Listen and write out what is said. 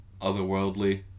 Otherworldly